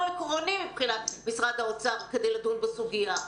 עקרוני מבחינת משרד האוצר כדי לדון בסוגיה.